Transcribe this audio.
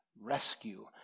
rescue